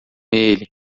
ele